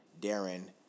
Darren